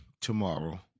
tomorrow